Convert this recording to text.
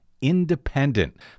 independent